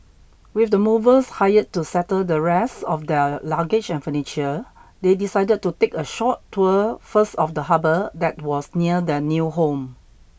with the movers hired to settle the rest of their luggage and furniture they decided to take a short tour first of the harbour that was near their new home